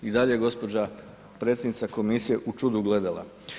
I dalje je gospođa predsjednica komisije u čudu gledala.